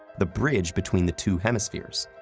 the bridge between the two hemispheres,